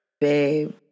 Babe